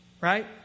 Right